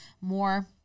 more